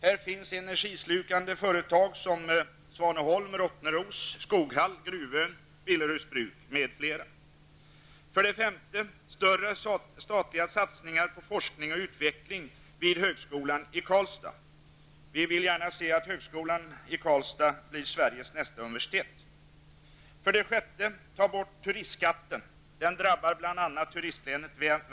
Här finns det energislukande företag såsom För det femte behövs det större statliga satsningar på forskning och utveckling vid högskolan i Karlstad. Vi i Värmland ser gärna att högskolan i Karlstad blir Sveriges nästa universitet. För det sjätte vill vi ha bort turistskatten, som drabbar bl.a. Värmlands län som är ett turistlän.